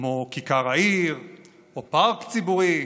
כמו כיכר העיר או פארק ציבורי,